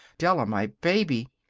della, my baby.